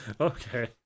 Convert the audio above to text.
Okay